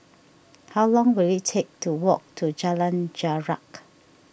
how long will it take to walk to Jalan Jarak